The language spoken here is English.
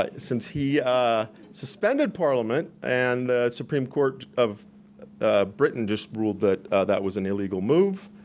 ah since he suspended parliament and the supreme court of britain just ruled that that was an illegal move,